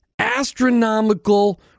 astronomical